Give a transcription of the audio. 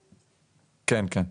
-- כן, כן.